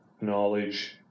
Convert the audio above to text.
knowledge